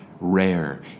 Rare